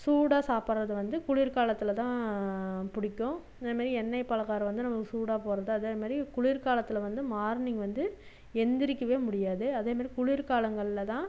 சூடாக சாப்பிட்றது வந்து குளிர்காலத்தில் தான் பிடிக்கும் இதுமாரி எண்ணெய் பலகாரம் வந்து நம்மளுக்கு சூடாக போடுகிறது அதேமாரி குளிர் காலத்தில் வந்து மார்னிங் வந்து எந்திரிக்கவே முடியாது அதேமாரி குளிர் காலங்கள்ல தான்